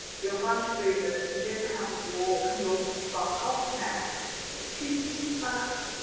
you're a bunch of boomers, you didn't have a war, can you all just fuck off now so to be that,